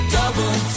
Double